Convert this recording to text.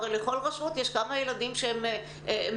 הרי לכל רשות יש כמה ילדים שהם מטופלים